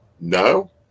No